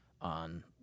on